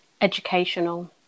educational